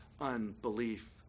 unbelief